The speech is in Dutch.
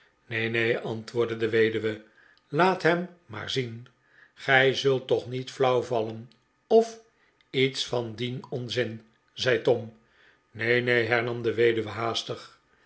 neen neen antwoordde de weduwe laat hem maar zien gij zult toch niet flauw vallen of iets van dien onzin zei tom neen r neen hernam de weduwe